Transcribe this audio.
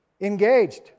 Engaged